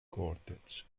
quartets